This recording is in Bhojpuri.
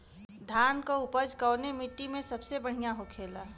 धान की उपज कवने मिट्टी में सबसे बढ़ियां होखेला?